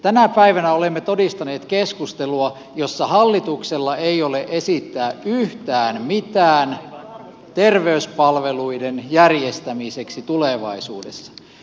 tänä päivänä olemme todistaneet keskustelua jossa hallituksella ei ole esittää yhtään mitään terveyspalveluiden järjestämiseksi tulevaisuudessa